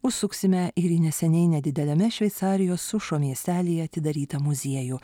užsuksime ir į neseniai nedideliame šveicarijos sušo miestelyje atidarytą muziejų